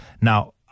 Now